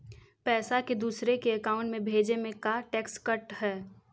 पैसा के दूसरे के अकाउंट में भेजें में का टैक्स कट है?